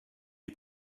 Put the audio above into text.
est